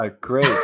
great